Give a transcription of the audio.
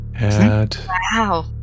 Wow